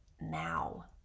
now